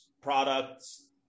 products